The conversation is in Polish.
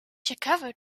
ciekawe